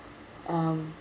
um